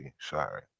Sorry